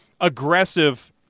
aggressive